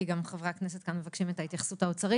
כי גם חברי הכנסת כאן מבקשים את ההתייחסות האוצרית,